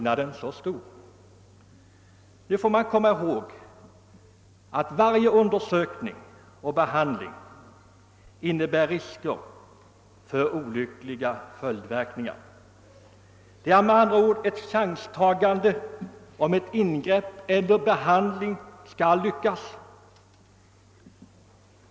Nu får man komma ihåg, att varje undersökning och behandling innebär risker för olyckliga följdverkningar. Det är med andra ord ett chanstagande om ett ingrepp eller en behandling skall lyckas.